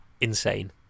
insane